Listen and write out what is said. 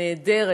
נהדרת,